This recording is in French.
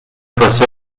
façon